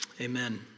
Amen